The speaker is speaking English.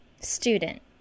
student